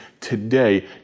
today